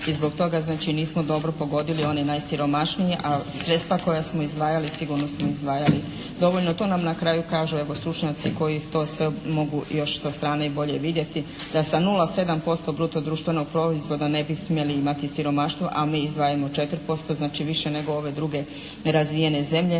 i zbog toga znači nismo dobro pogodili one najsiromašnije. Ali sredstva koja smo izdvajali sigurno smo izdvajali dovoljno. To nam na kraju kažu evo, stručnjaci koji to sve mogu sa strane i bolje vidjeti, da sa 0,7% bruto društvenog proizvoda ne bi smjeli imati siromaštvo, a mi izdvajamo 4%. Znači više nego ove druge nerazvijene zemlje,